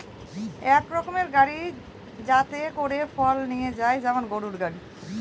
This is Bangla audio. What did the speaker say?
এক রকমের গাড়ি যাতে করে ফল নিয়ে যায় যেমন গরুর গাড়ি